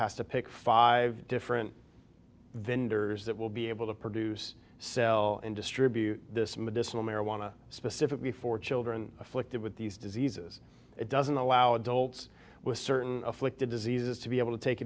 has to pick five different vendors that will be able to produce sell and distribute this medicinal marijuana specifically for children afflicted with these diseases it doesn't allow adults with certain afflicted diseases to be able to take